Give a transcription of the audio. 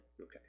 Okay